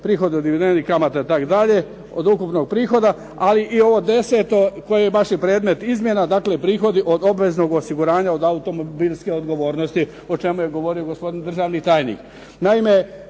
prihodi od dividendi, kamata, itd. od ukupnog prihoda, ali i ovo deseto koje je baš i predmet izmjena. Dakle prihodi od obveznog osiguranja od automobilske odgovornosti o čemu je govorio gospodin državni tajnik.